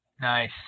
Nice